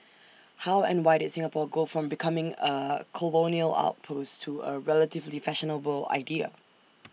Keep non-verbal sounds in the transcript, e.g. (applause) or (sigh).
how and why did Singapore go from becoming A colonial outpost to A relatively fashionable idea (noise)